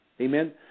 Amen